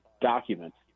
documents